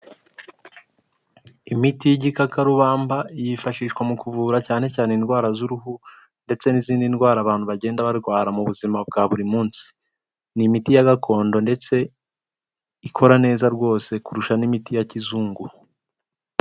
Imiti y'igikakarubamba yifashishwa mu kuvura cyane cyane indwara z'uruhu ndetse n'izindi ndwara abantu bagenda barwara mu buzima bwa buri munsi, ni imiti ya gakondo ndetse ikora neza rwose kurusha n'imiti ya kizungu.